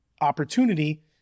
opportunity